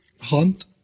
hunt